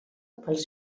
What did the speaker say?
pels